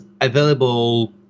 available